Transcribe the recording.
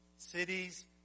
Cities